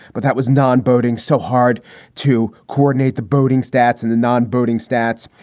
but that was non boating. so hard to coordinate the boating stats and the non boating stats.